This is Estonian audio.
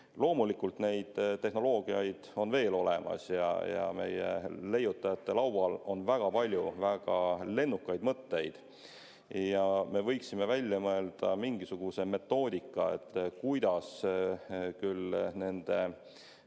Loomulikult neid tehnoloogiaid on veel olemas ja meie leiutajate laual on väga palju väga lennukaid mõtteid. Ja me võiksime välja mõelda mingisuguse metoodika, kuidas nende